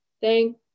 thank